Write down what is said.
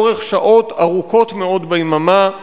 לאורך שעות ארוכות מאוד ביממה,